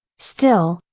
still,